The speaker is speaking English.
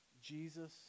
Jesus